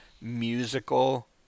musical